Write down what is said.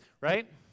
Right